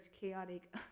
chaotic